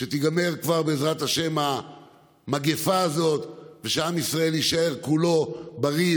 שתיגמר כבר בעזרת השם המגפה הזאת ושעם ישראל יישאר כולו בריא,